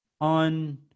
on